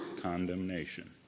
condemnation